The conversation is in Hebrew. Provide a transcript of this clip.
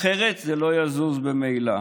אחרת, זה לא יזוז ממילא.